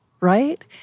right